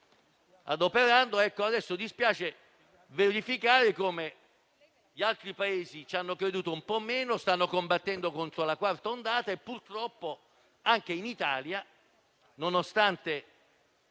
Adesso dispiace verificare come gli altri Paesi ci abbiano creduto un po' meno e ora stiano combattendo contro la quarta ondata. Purtroppo, anche in Italia, nonostante